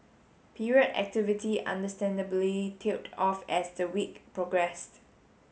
period activity understandably tailed off as the week progressed